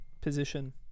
position